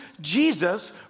Jesus